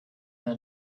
the